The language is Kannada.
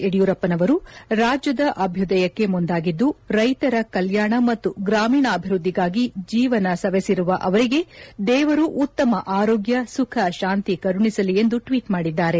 ಯಡಿಯೂರಪ್ಪನರು ರಾಜ್ಯದ ಅಭ್ಯದಯಕ್ಕೆ ಮುಂದಾಗಿದ್ದು ರೈತರ ಕಲ್ಯಾಣ ಮತ್ತು ಗ್ರಾಮೀಣಾಭಿವೃದ್ದಿಗಾಗಿ ಜೀವನ ಸೆವೆಸಿರುವ ಅವರಿಗೆ ದೇವರು ಉತ್ತಮ ಆರೋಗ್ಯ ಸುಖ ಶಾಂತಿ ಕರುಣಿಸಲಿ ಎಂದು ಟ್ವೀಟ್ ಮಾಡಿದ್ದಾರೆ